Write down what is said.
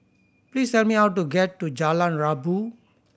please tell me how to get to Jalan Rabu